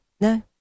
No